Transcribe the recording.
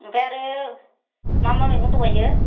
ओमफाय आरो मा मा मैगं दंहैयो